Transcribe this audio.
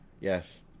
Yes